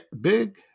big